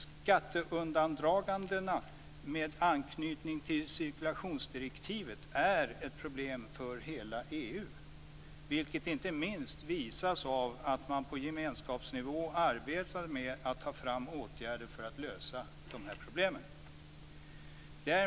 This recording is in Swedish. Skatteundandraganden med anknytning till cirkulationsdirektivet är ett problem för hela EU, vilket inte minst visas av att man på gemenskapsnivå arbetar med att vidta åtgärder för att lösa problemen.